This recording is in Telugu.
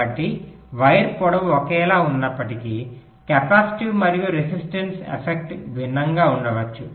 కాబట్టి వైర్ పొడవు ఒకేలా ఉన్నప్పటికీ కెపాసిటివ్ మరియు రెసిస్టివ్ ఎఫెక్ట్స్ భిన్నంగా ఉండవచ్చు